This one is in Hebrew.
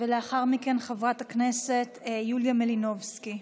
ולאחר מכן, חברת הכנסת יוליה מלינובסקי.